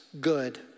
good